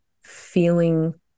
feeling